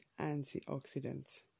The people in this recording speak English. antioxidants